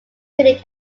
critic